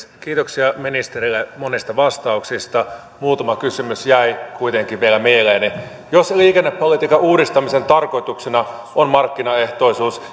kiitoksia ministerille monista vastauksista muutama kysymys jäi kuitenkin vielä mieleeni jos liikennepolitiikan uudistamisen tarkoituksena on markkinaehtoisuus